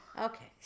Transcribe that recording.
okay